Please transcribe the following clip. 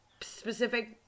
specific